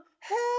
Help